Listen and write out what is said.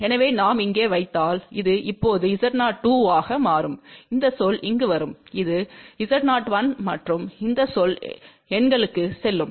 எனவே நாம் இங்கே வைத்தால் இது இப்போது Z02 ஆக மாறும் இந்த சொல் இங்கு வரும் இது Z01 மற்றும் இந்த சொல் எண்களுக்கு செல்லும்